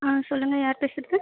ஆ சொல்லுங்கள் யார் பேசுகிறது